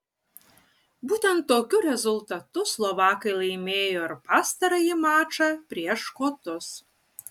būtent tokiu rezultatu slovakai laimėjo ir pastarąjį mačą prieš škotus